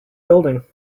building